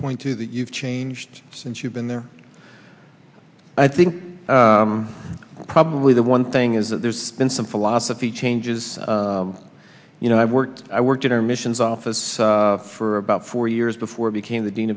point to that you've changed since you've been there i think probably the one thing is that there's been some philosophy changes you know i worked i worked in our missions office for about four years before i became the dean